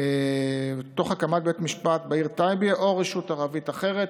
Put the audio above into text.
תוך הקמת בית המשפט בעיר טייבה או ברשות ערבית אחרת,